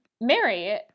Mary